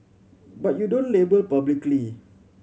but you don't label publicly